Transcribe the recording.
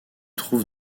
trouve